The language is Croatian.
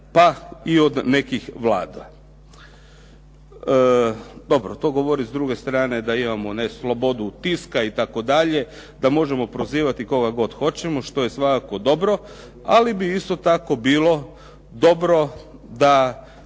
pa i od nekih vlada. Dobro, to govori s druge strane da imamo slobodu tiska itd., da možemo prozivati koga god hoćemo što je svakako dobro ali bi isto tako bilo dobro da